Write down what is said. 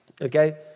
okay